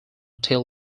till